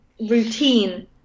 routine